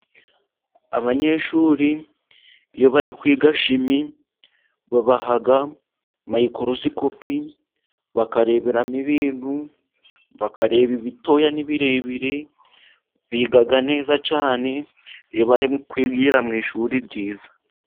Abanyeshuri iyo bari kwiga shimi, babaha mayikororosikopi bakareberamo ibintu, bakareba ibitoya n' birebire, biga neza cyane iyo bari kwigira mu ishuri ryiza.